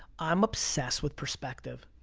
i'm obsessed with perspective.